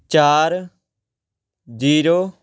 ਚਾਰ ਜ਼ੀਰੋ